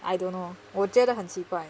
I don't know 我觉得很奇怪